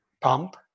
Pump